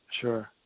Sure